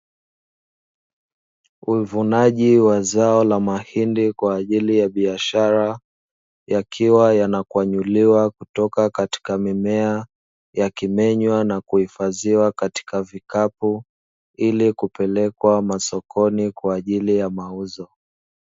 Uvunaji wa zao la mahindi kwa ajili ya bishara yakiwa yanakwanyuliwa kutoka katika mimea, yakimenywa na kuhifadhiwa katika vikapu ili kupelekwa sokoni kwa ajili ya mauzo.